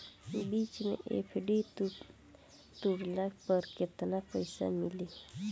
बीच मे एफ.डी तुड़ला पर केतना पईसा मिली?